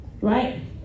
Right